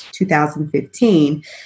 2015